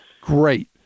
Great